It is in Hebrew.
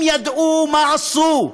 אם ידעו, מה עשו?